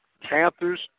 Panthers